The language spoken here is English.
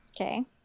Okay